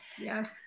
yes